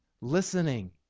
listening